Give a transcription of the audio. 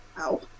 Ow